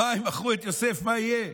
אוי, מכרו את יוסף, מה יהיה?